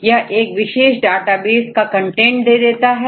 और यह एक विशेष डेटाबेस का कंटेंट दे देता है